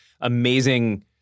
Amazing